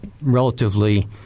relatively